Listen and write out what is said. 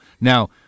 Now –